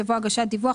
יבוא "הגשת דיווח,